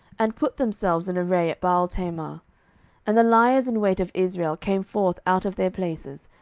and put themselves in array at baaltamar and the liers in wait of israel came forth out of their places,